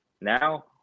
Now –